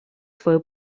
свою